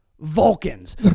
Vulcans